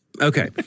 Okay